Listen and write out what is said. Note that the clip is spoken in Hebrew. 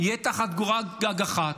יהיה תחת קורת גג אחת.